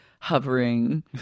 hovering